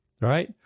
right